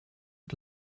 und